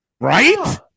Right